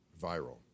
viral